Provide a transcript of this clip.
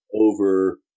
over